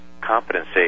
competency